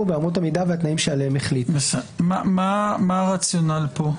ובאמות המידה והתנאים שעליהם החליטה." מה הרציונל פה?